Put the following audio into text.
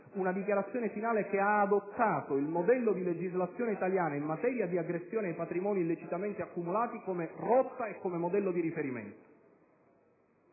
da tutti i Ministri, che ha adottato il modello di legislazione italiana in materia di aggressione ai patrimoni illecitamente accumulati come rotta e modello di riferimento.